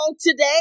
today